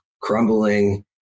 crumbling